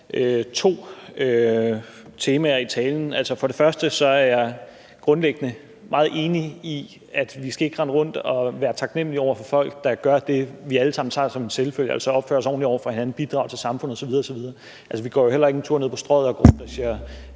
to temaer i talen. For det første er jeg grundlæggende meget enig i, at vi ikke skal rende rundt og være taknemlige over for folk, der gør det, vi alle sammen tager som en selvfølge, altså opfører sig ordentligt over for hinanden, bidrager til samfundet osv. Vi går jo heller ikke en tur ned på Strøget og går rundt og